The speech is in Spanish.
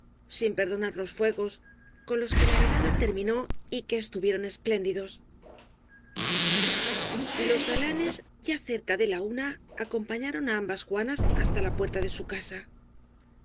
sin perdonar los fuegos con los que la velada terminó y que estuvieron espléndidos los galanes ya cerca de la una acompañaron á ambas juanas hasta la puerta de su casa